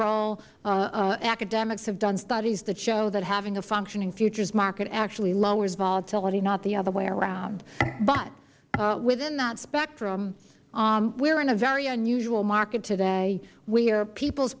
role academics have done studies that show that having a functioning futures market actually lowers volatility not the other way around but within that spectrum we are in a very unusual market today where people's